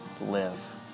live